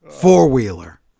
Four-wheeler